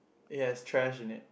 yes trash in it